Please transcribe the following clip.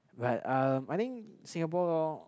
but um I think Singapore